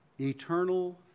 Eternal